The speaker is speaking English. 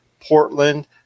portland